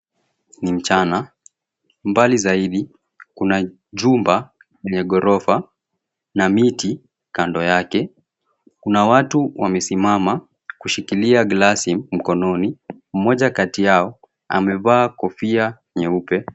Ni mchana. Mbali zaidi kuna jumba lenye ghorofa na miti kando yake. Kuna watu wamesimama kushikilia glasi mkononi, mmoja kati yao amevaa kofia nyeupe.